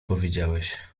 powiedziałeś